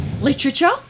literature